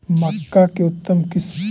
मक्का के उतम किस्म?